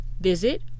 Visit